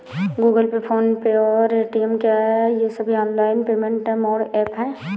Google Pay PhonePe और Paytm क्या ये सभी ऑनलाइन पेमेंट मोड ऐप हैं?